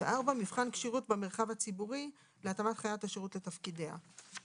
(4)מבחן כשירות במרחב הציבורי להתאמת חיית השירות לתפקידיה.""